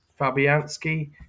Fabianski